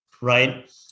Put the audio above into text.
right